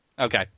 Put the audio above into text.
Okay